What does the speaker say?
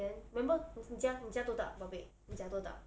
then remember 你家你家多大宝贝你家多大